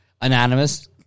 Anonymous